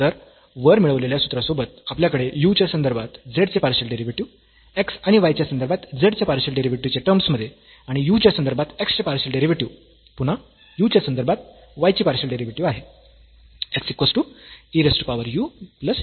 तर वर मिळवलेल्या सूत्रासोबत आपल्याकडे u च्या संदर्भात z चे पार्शियल डेरिव्हेटिव्ह x आणि y च्या संदर्भात z च्या पार्शियल डेरिव्हेटिव्ह च्या टर्म्स मध्ये आणि u च्या संदर्भात x चे पार्शियल डेरिव्हेटिव्ह पुन्हा u च्या संदर्भात y चे पार्शियल डेरिव्हेटिव्ह आहे